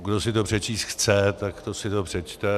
Kdo si to přečíst chce, tak si to přečte.